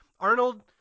Arnold